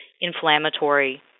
inflammatory